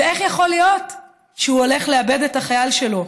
ואיך יכול להיות שהוא הולך לאבד את החייל שלו.